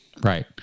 right